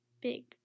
big